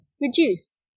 reduce